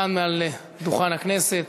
כאן, מעל דוכן הכנסת,